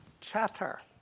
chatter